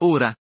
Ora